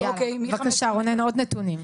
בבקשה רונן עוד נתונים.